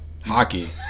Hockey